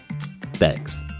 Thanks